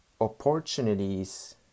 opportunities